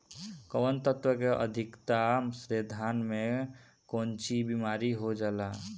कौन तत्व के अधिकता से धान में कोनची बीमारी हो जाला?